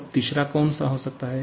अब तीसरा कौन सा हो सकता है